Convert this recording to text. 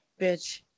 bitch